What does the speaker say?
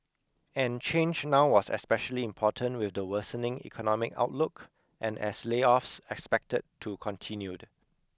and change now was especially important with the worsening economic outlook and as layoffs expected to continued